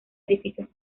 edificios